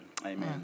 Amen